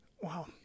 Wow